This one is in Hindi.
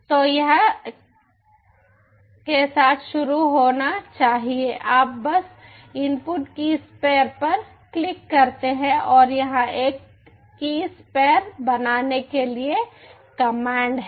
तो यह के साथ शुरू होना चाहिए आप बस इनपुट कीस पेर पर क्लिक करते हैं और यहाँ एक कीस पेर बनाने के लिए कमांड है